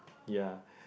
ya